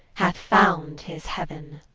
hath found his heaven!